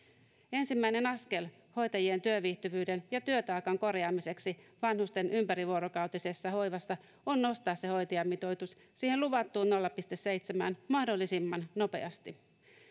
ensimmäinen askel hoitajien työviihtyvyyden ja työtaakan korjaamiseksi vanhusten ympärivuorokautisessa hoivassa on nostaa hoitajamitoitus siihen luvattuun nolla pilkku seitsemään mahdollisimman nopeasti